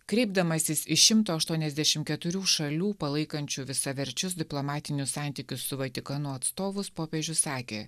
kreipdamasis į šimto aštuoniasdešim keturių šalių palaikančių visaverčius diplomatinius santykius su vatikanu atstovus popiežius sakė